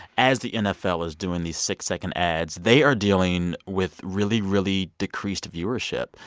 as the nfl is doing these six-second ads, they are dealing with really, really decreased viewership.